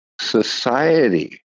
society